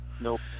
Nope